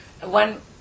one